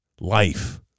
life